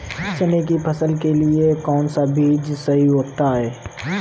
चने की फसल के लिए कौनसा बीज सही होता है?